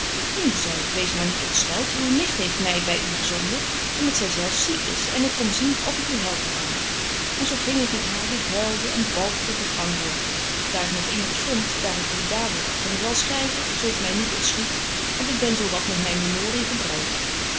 nu zei ik wees maar niet ontstelt uw nicht heeft my by u gezonden om dat zy zelf ziek is en ik kom zien of ik u helpen kan en zo ging ik met haar die huilde en balkte den gang door daar ik nog iemand vond daar ik u dadelyk van zal schryven zo t my niet ontschiet want ik ben zo wat met myn memorie gebruit